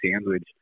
sandwich